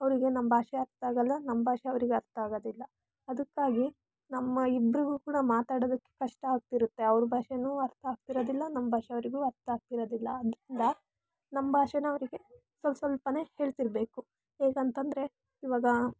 ಅವರಿಗೆ ನಮ್ಮ ಭಾಷೆ ಅರ್ಥಾಗಲ್ಲ ನಮ್ಮ ಭಾಷೆ ಅವರಿಗೆ ಅರ್ಥ ಆಗೋದಿಲ್ಲ ಅದಕ್ಕಾಗಿ ನಮ್ಮ ಇಬ್ಬರಿಗೂ ಕೂಡ ಮಾತಾಡೊದಕ್ಕೆ ಕಷ್ಟ ಆಗ್ತಿರುತ್ತೆ ಅವರ ಭಾಷೇನೂ ಅರ್ಥ ಆಗ್ತಿರೋದಿಲ್ಲ ನಮ್ಮ ಭಾಷೆ ಅವರಿಗೂ ಅರ್ಥ ಆಗ್ತಿರೋದಿಲ್ಲ ಅದರಿಂದ ನಮ್ಮ ಭಾಷೆನ ಅವರಿಗೆ ಸ್ವಸ್ವಲ್ಪನೇ ಹೇಳ್ತಿರ್ಬೇಕು ಹೇಗಂತಂದ್ರೆ ಈವಾಗ